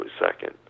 second